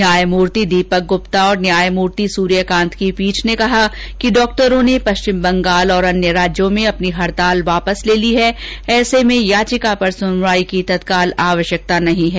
न्यायमूर्ति दीपक गुप्ता और न्यायमूर्ति सूर्यकांत की पीठ ने कहा कि डॉक्टरों ने पश्चिम बंगाल और अन्य राज्यों में अपनी हड़ताल वापस ले ली है ऐसे में याचिका पर सुनवाई की तत्काल आवश्यकता नहीं है